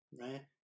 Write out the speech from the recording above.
right